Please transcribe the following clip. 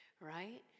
right